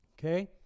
Okay